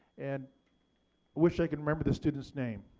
and wish i could remember the students name,